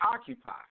occupy